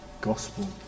gospel